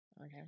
Okay